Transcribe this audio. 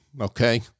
okay